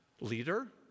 leader